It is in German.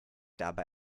dabei